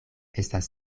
estas